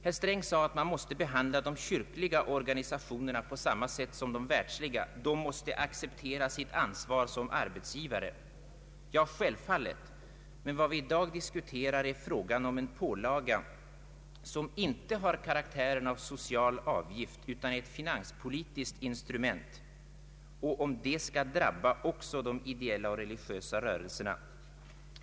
Herr Sträng sade att man måste behandla de kyrkliga organisationerna på samma sätt som de världsliga, de måste acceptera sitt ansvar som arbetsgivare. Ja, självfallet, men vad vi i dag diskuterar är frågan om en pålaga, som inte har karaktären av social avgift utan är ett finanspolitiskt instrument, skall drabba också de ideella och religiösa rörelserna.